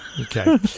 Okay